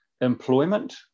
employment